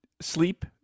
sleep